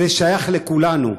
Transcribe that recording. זה שייך לכולנו,